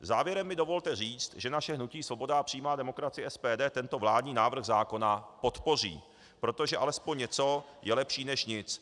Závěrem mi dovolte říct, že naše hnutí Svoboda a přímá demokracie SPD tento vládní návrh zákona podpoří, protože alespoň něco je lepší než nic.